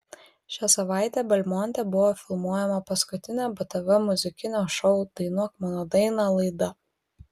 šią savaitę belmonte buvo filmuojama paskutinė btv muzikinio šou dainuok mano dainą laida